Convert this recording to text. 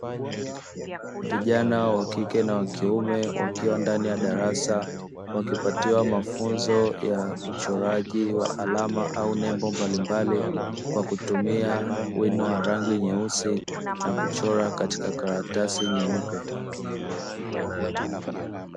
Vijana wa kike na wa kiume wakiwa ndani ya darasa wakipatiwa mafunzo ya uchoraji wa alama au nembo mbalimbali kwa kutumia wino wa rangi nyeusi na kuchora katika karatasi nyeupe.